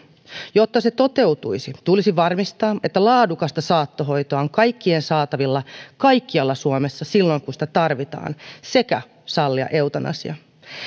jotta se toteutuisi tulisi varmistaa että laadukasta saattohoitoa on kaikkien saatavilla kaikkialla suomessa silloin kun sitä tarvitaan sekä sallia eutanasia